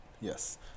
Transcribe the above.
yes